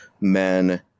men